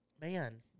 man